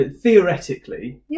theoretically